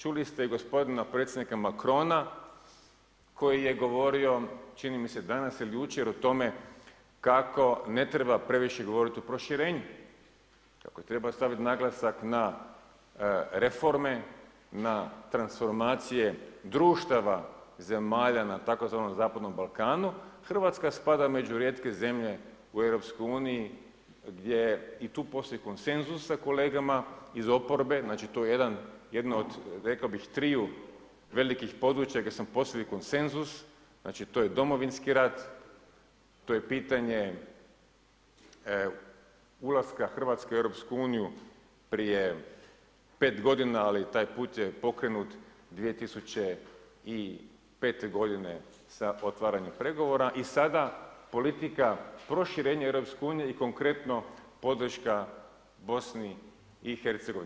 Čuli ste i gospodina predsjednika Macrona koji je govorio čini mi se danas ili jučer o tome kako ne treba previše govoriti o proširenju, kako treba staviti naglasak na reforme, na transformacije društava zemalja na tzv. Zapadnom Balkanu, Hrvatska spada među rijetke zemlje u EU i tu postoji konsenzus s kolegama iz oporbe, znači tu je jedno od rekao bih triju velikih područja gdje … postigao konsenzus, znači to je Domovinski rat, to je pitanje ulaska Hrvatske u EU prije pet godina, ali taj put je pokrenut 2005. godine sa otvaranjem pregovora i sada politika proširenja u EU i konkretno podrška BiH.